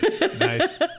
Nice